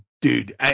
dude